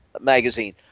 magazine